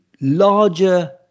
larger